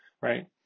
right